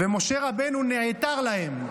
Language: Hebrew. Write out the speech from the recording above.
ומשה רבנו נעתר להם.